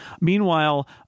Meanwhile